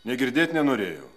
nė girdėt nenorėjau